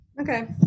okay